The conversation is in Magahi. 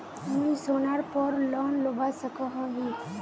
मुई सोनार पोर लोन लुबा सकोहो ही?